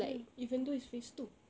ya even though it's phase two